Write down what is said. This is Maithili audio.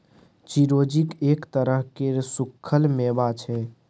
चिरौंजी एक तरह केर सुक्खल मेबा छै